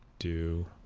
do